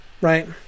right